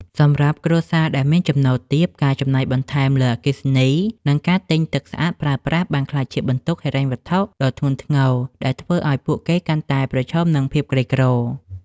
សម្រាប់គ្រួសារដែលមានចំណូលទាប ការចំណាយបន្ថែមលើអគ្គិសនី និងការទិញទឹកស្អាតប្រើប្រាស់បានក្លាយជាបន្ទុកហិរញ្ញវត្ថុដ៏ធ្ងន់ធ្ងរ ដែលធ្វើឱ្យពួកគេកាន់តែប្រឈមនឹងភាពក្រីក្រ។